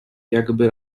jakby